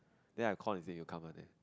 then I call it's name it will come one leh